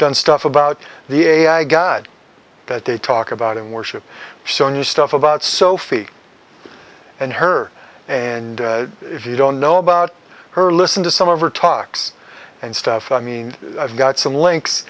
done stuff about the ai god that they talk about and worship so new stuff about sophie and her and if you don't know about her listen to some of her talks and stuff i mean i've got some links